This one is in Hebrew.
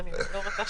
יסמיך